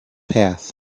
path